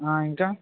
ఇంకా